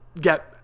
get